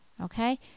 Okay